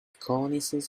cornices